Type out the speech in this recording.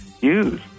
use